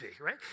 right